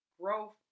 growth